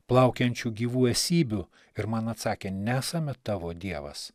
plaukiančių gyvų esybių ir man atsakė nesame tavo dievas